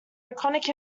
iconic